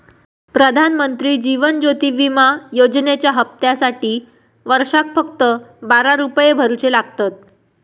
प्रधानमंत्री जीवन ज्योति विमा योजनेच्या हप्त्यासाटी वर्षाक फक्त बारा रुपये भरुचे लागतत